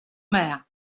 mer